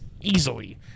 easily